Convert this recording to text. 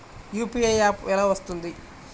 UPI app ఎలా వస్తుంది?